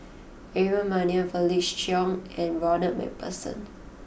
Aaron Maniam Felix Cheong and Ronald MacPherson